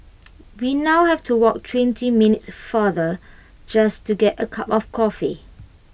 we now have to walk twenty minutes farther just to get A cup of coffee